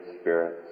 spirits